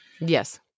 Yes